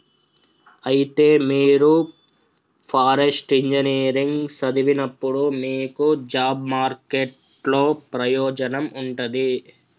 అయితే మీరు forest engineering సదివినప్పుడు మీకు జాబ్ మార్కెట్ లో ప్రయోజనం ఉంటది